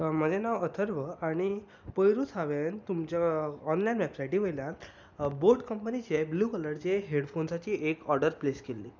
म्हजें नांव अथर्व आनी पयरूच हांवेन तुमचे ऑनलायन वेबसायटी वेल्यान बोट कंपनीचे ब्लू कलरचे हेडफाॅन्साची एक ऑर्डर प्लेस केल्ली